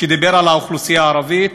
שדיבר על האוכלוסייה הערבית,